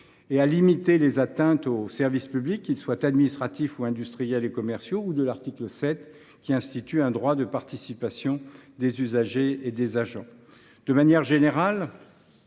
et de limiter les atteintes aux services publics, qu’ils soient administratifs ou industriels et commerciaux », ou de l’article 7, qui institue un droit de participation des usagers et des agents. De manière générale,